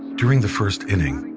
during the first inning,